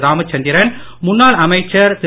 ராமச்சந்திரன் முன்னாள் அமைச்சர் திரு